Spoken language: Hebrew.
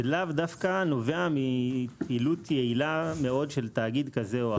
זה לאו דווקא נובע מפעילות יעילה מאוד של תאגיד כזה או אחר.